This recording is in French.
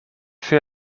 fait